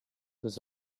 was